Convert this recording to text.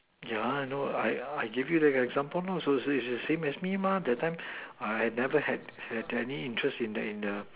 yeah I know I I give you like an example same as me mah that I time never had had any interest in the in the